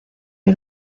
que